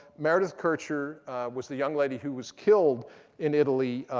meredith kercher was the young lady who was killed in italy,